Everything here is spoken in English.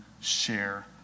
share